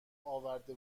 آورده